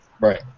Right